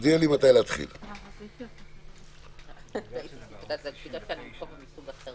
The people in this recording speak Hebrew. כי לדעתי, הצעת החוק הזאת כן חשובה.